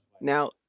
Now